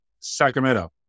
Sacramento